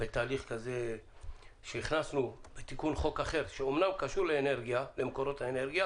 בתהליך כזה שהכנסנו בתיקון אחר שאמנם קשור למקורות האנרגיה